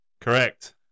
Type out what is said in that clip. Correct